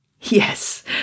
Yes